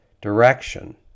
direction